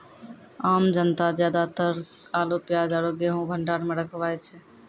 आम जनता ज्यादातर आलू, प्याज आरो गेंहूँ भंडार मॅ रखवाय छै